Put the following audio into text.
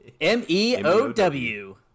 M-E-O-W